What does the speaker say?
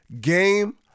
game